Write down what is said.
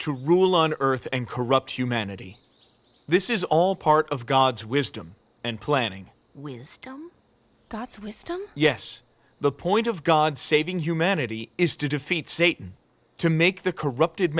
to rule on earth and corrupt humanity this is all part of god's wisdom and planning wisdom that's wisdom yes the point of god's saving humanity is to defeat satan to make the corrupted